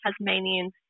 Tasmanians